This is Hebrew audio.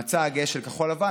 המצע הגאה של כחול לבן,